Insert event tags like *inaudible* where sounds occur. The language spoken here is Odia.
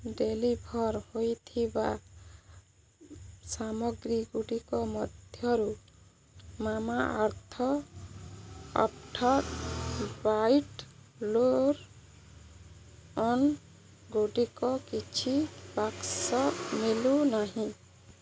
ଡେଲିଭର୍ ହେଇଥିବା ସାମଗ୍ରୀଗୁଡ଼ିକ ମଧ୍ୟରୁ ମାମାଅର୍ଥ *unintelligible* ବାଇଟ୍ ଲୋର ଅନ୍ଗୁଡ଼ିକ କିଛି ବାକ୍ସ ମିଳୁନାହିଁ